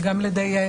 וגם על ידי